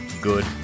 good